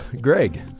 Greg